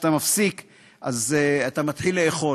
וכשאתה מפסיק אז אתה מתחיל לאכול.